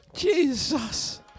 Jesus